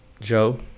Joe